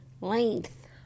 Length